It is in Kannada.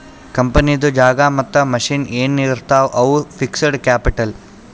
ಕಂಪನಿದು ಜಾಗಾ ಮತ್ತ ಮಷಿನ್ ಎನ್ ಇರ್ತಾವ್ ಅವು ಫಿಕ್ಸಡ್ ಕ್ಯಾಪಿಟಲ್